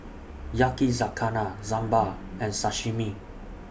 Yakizakana Sambar and Sashimi